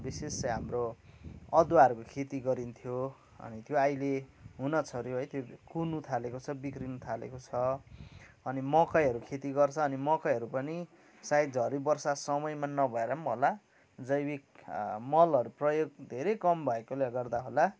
विशेष चाहिँ हाम्रो अदुवाहरूको खेती गरिन्थ्यो अनि त्यो अहिले हुन छोड्यो है त्यो कुहिनु थालेको छ बिग्रिनु थालेको छ अनि मकैहरू खेती गर्छ अनि मकैहरू पनि सायद झरी वर्षा समयमा न भएर पनि होला जैविक मलहरू प्रयोग धेरै कम भएकोले गर्दा होला